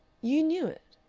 you knew it,